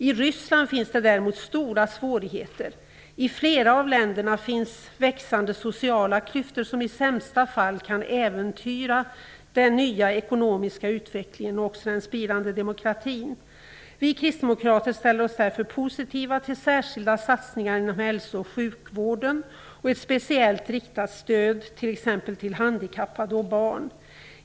I Ryssland finns det däremot stora svårigheter. I flera av länderna finns växande sociala klyftor som i sämsta fall kan äventyra den nya ekonomiska utvecklingen och även den spirande demokratin. Vi kristdemokrater ställer oss därför positiva till särskilda satsningar inom hälso och sjukvården och ett speciellt riktat stöd till t.ex. till handikappade och barn.